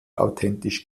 authentisch